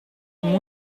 amb